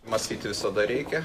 mąstyti visada reikia